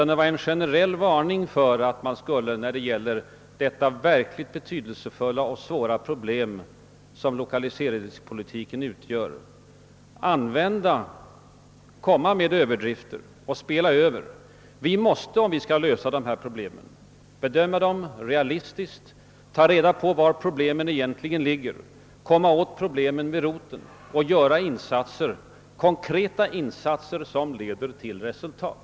Jag framförde en generell varning för att spela över när det gäller det verkligt betydelsefulla och svåra problem som lokaliseringspolitiken utgör. Om vi skall kunna lösa detta måste vi bedöma frågorna realistiskt, angripa problem vid roten och göra konkreta insatser som leder till bestående resultat.